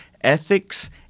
ethics